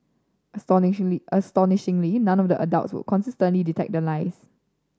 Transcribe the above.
astonishingly astonishingly none of the adults would consistently detect the lies